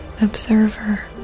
observer